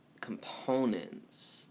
components